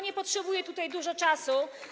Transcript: Nie potrzebuję tutaj dużo czasu.